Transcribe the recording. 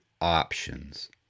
options